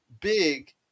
big